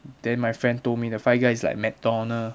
then my friend told me the five guys is like mcdonald